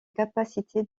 capacité